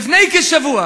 לפני כשבוע